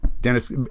Dennis